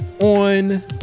on